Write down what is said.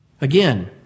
Again